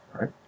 right